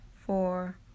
four